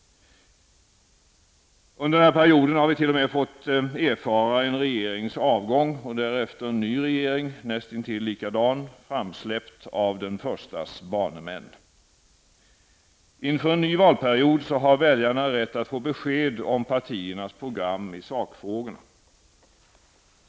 Under den här perioden har vi t.o.m. fått erfara en regerings avgång -- och därefter en ny regering, näst intill likadan, framsläppt av den förstas banemän. Inför en ny valperiod har väljarna rätt att få besked om partiernas program i sakfrågorna.